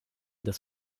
das